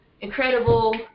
incredible